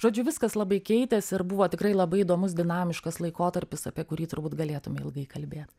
žodžiu viskas labai keitės ir buvo tikrai labai įdomus dinamiškas laikotarpis apie kurį turbūt galėtume ilgai kalbėt